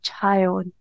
child